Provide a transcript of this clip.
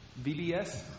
VBS